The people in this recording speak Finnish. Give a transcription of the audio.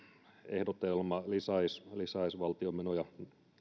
ehdotelma lisäisi lisäisi valtion menoja